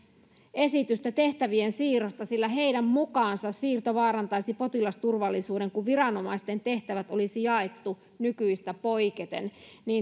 esitystä tehtävien siirrosta sillä heidän mukaansa siirto vaarantaisi potilasturvallisuuden kun viranomaisten tehtävät olisi jaettu nykyisestä poiketen